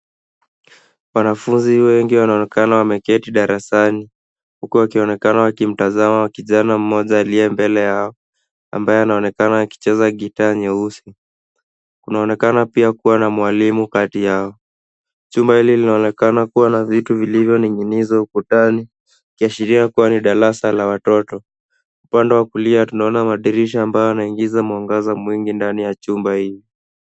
Wanafunzi wengi wanaonekana wameketi darasani huku wakionekana kumtazama kijana mmoja alie mbele yao amabaye anaonekana akicheza gitaa nyeusi, kuna unaonekana pia kuna mwalimu kati yao. Chumba hili linaonekana kuwa na vitu vilivyoninginizwa ukutanni ikiashiria kuwa ni darasa la watoto. Upande wa kulia tunaona madirisha ambayo yanaingiza mwanga mwingi ndani ya chumba hilo.